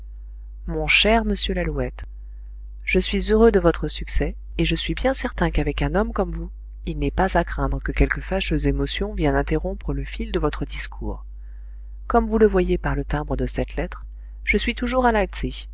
mon cher monsieur lalouette je suis heureux de votre succès et je suis bien certain qu'avec un homme comme vous il n'est pas à craindre que quelque fâcheuse émotion vienne interrompre le fil de votre discours comme vous le voyez par le timbre de cette lettre je suis toujours à